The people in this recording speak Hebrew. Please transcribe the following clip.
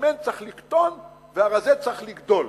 השמן צריך לקטון, והרזה צריך לגדול.